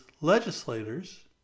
legislators